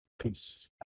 Peace